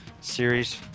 series